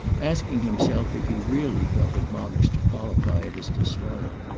asking himself if he really felt admonished to qualify it as disloyal.